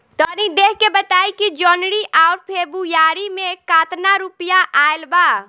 तनी देख के बताई कि जौनरी आउर फेबुयारी में कातना रुपिया आएल बा?